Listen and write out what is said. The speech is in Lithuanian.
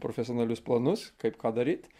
profesionalius planus kaip ką daryt